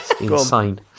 insane